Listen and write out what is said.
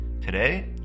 Today